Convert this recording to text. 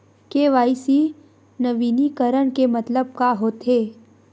KYC नवीनीकरण के मतलब का होथे?